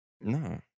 No